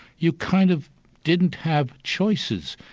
you kind of didn't have choices,